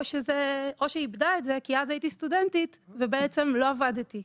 או שהיא איבדה את זה כי אז הייתי סטודנטית ובעצם לא עבדתי.